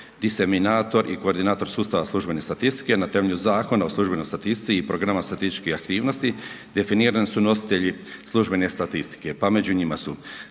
diseminator i koordinator službene statistike, na temelju Zakona o službenoj statistici i programa statističkih aktivnosti, definirani su nositelji službene statistike pa među njima su